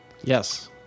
yes